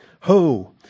Ho